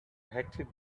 hectic